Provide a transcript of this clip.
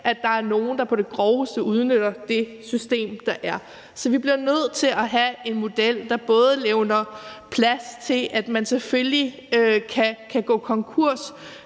at der er nogle, der på det groveste udnytter det system, der er. Men vi bliver også nødt til at have en model, der levner plads til, at man selvfølgelig kan gå konkurs